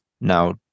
now